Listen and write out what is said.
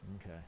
Okay